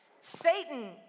Satan